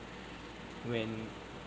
when